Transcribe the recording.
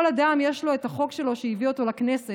כל אדם יש לו את החוק שלו שהביא אותו לכנסת.